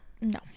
No